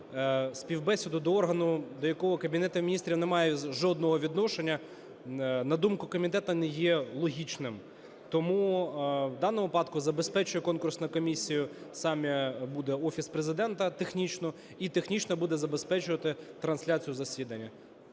співбесіду до органу, до якого Кабінет Міністрів не має жодного відношення, на думку комітету, не є логічним. Тому в даному випадку забезпечує конкурсну комісію саме буде Офіс Президента технічно і технічно буде забезпечувати трансляцію засідання.